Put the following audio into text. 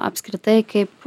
apskritai kaip